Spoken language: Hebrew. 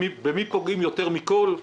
במי פוגעים יותר מכל?